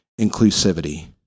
inclusivity